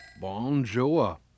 Bonjour